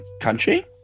country